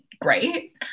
great